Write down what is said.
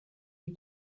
die